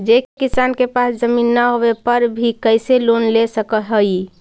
जे किसान के पास जमीन न होवे पर भी कैसे लोन ले सक हइ?